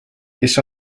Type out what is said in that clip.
kes